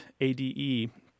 A-D-E